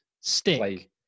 stick